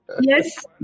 Yes